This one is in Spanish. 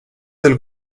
del